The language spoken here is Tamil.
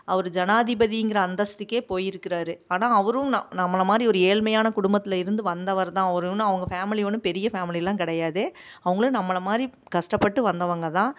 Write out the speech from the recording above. அவர் ஜனாதிபதிங்கிற அந்தஸ்துக்கே போயிருக்கறார் ஆனால் அவரும் ந நம்மளை மாதிரி ஒரு ஏழ்மையான குடும்பத்தில் இருந்து வந்தவர் தான் அவர் ஒன்றும் அவங்க ஃபேமிலி ஒன்றும் பெரிய ஃபேமிலிலாம் கிடையாது அவங்களும் நம்மளை மாதிரி கஷ்டப்பட்டு வந்தவங்க தான்